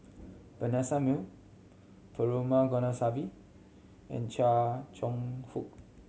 Vanessa Mae Perumal Govindaswamy and Chia Cheong Fook